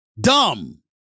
Dumb